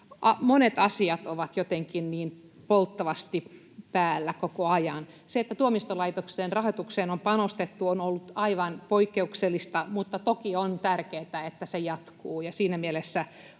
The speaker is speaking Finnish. monet asiat ovat jotenkin niin polttavasti päällä koko ajan. Se, että tuomioistuinlaitoksen rahoitukseen on panostettu, on ollut aivan poikkeuksellista, mutta toki on tärkeätä, että se jatkuu, ja siinä mielessä